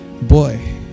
Boy